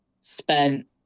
spent